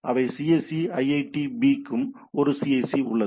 அவை cse iitb க்கும் ஒரு cse உள்ளது